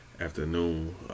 afternoon